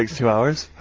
like two hours.